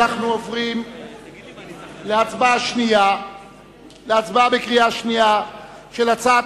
אנחנו עוברים להצבעה בקריאה שנייה על הצעת